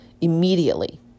immediately